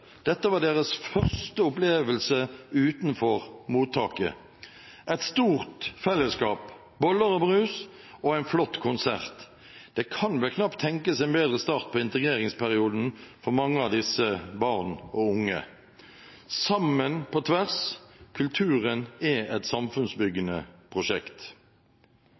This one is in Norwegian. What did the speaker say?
Dette var deres første opplevelse utenfor mottaket. Et stort fellesskap, boller og brus, og en flott konsert – det kan vel knapt tenkes en bedre start på integreringsperioden for mange av disse barn og unge. Sammen på tvers – kulturen er et samfunnsbyggende prosjekt.